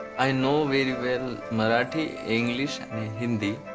i know very well marathi, english and hindi.